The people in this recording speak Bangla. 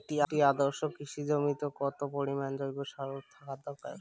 একটি আদর্শ কৃষি জমিতে কত পরিমাণ জৈব সার থাকা দরকার?